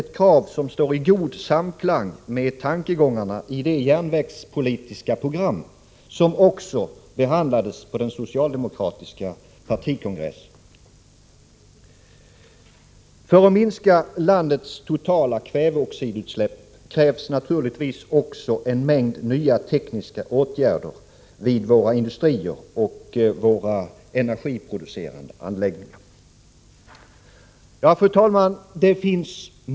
ett krav som står i god samklang med tankegångarna i det järnvägspolitiska program som också behandlades på den socialdemokratiska partikongressen. För att minska landets totala kväveoxidutsläpp krävs naturligtvis också en mängd nya tekniska åtgärder vid våra industrier och våra energiproducerande anläggningar. Fru talman!